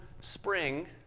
spring